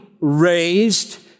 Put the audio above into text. raised